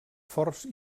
forts